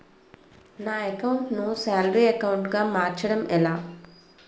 నా అకౌంట్ ను salary account గా మార్చటం ఎలా?